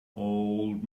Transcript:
old